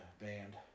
band